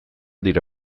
dira